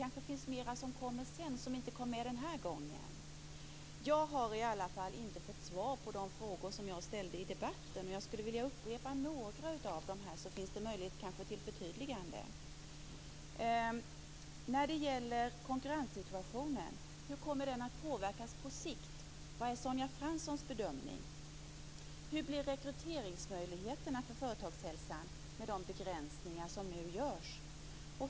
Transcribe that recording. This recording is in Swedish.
Det finns kanske mer som kommer sedan, sådant som inte kom med den här gången. Jag har i alla fall inte fått svar på de frågor som jag ställde i debatten. Jag skulle vilja upprepa några av dem här. Det finns kanske möjlighet till förtydliganden. Hur kommer konkurrenssituationen att påverkas på sikt? Vad är Sonja Franssons bedömning? Hur blir rekryteringsmöjligheterna för företagshälsan med de begränsningar som nu görs?